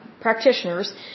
practitioners